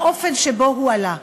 באופן שבו הוא עלה.